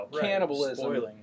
cannibalism